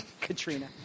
Katrina